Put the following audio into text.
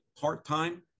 part-time